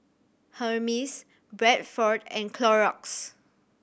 Hermes Bradford and Clorox